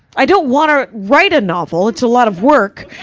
i don't want to write a novel, it's a lot of work,